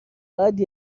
فقط